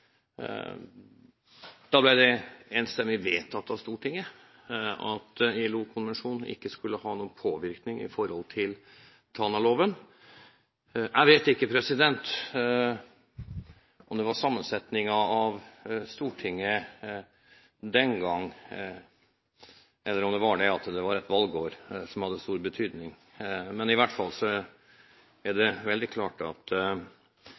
Da ble det enstemmig vedtatt av Stortinget at ILO-konvensjonen ikke skulle ha noen påvirkning med tanke på Tanaloven. Jeg vet ikke om det var sammensetningen av Stortinget den gang, eller om det var at det var et valgår som hadde stor betydning, men i hvert fall var det veldig klart at